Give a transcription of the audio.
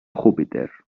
júpiter